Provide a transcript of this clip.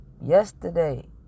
Yesterday